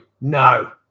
No